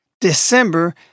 December